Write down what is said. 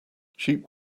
cheap